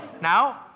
Now